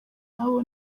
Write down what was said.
nabo